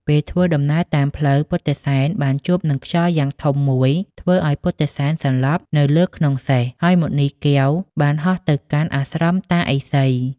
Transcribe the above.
ពេលធ្វើដំណើរតាមផ្លូវពុទ្ធិសែនបានជួបនឹងខ្យល់យ៉ាងធំមួយធ្វើឲ្យពុទ្ធិសែនសន្លប់នៅលើខ្នងសេះ ហើយមណីកែវបានហោះទៅកាន់អាស្រមតាឥសី។